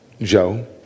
Joe